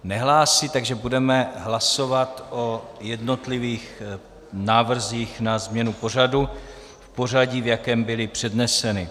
Nehlásí, takže budeme hlasovat o jednotlivých návrzích na změnu pořadu v pořadí, v jakém byly předneseny.